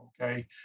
Okay